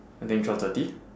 I think twelve thirty